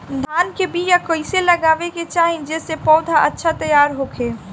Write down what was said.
धान के बीया कइसे लगावे के चाही जेसे पौधा अच्छा तैयार होखे?